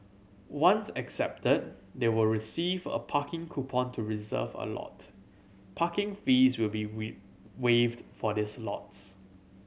once accepted they will receive a parking coupon to reserve a lot Parking fees will be waived for these lots